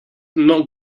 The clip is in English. not